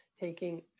taking